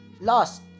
lost